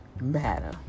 matter